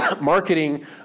marketing